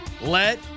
let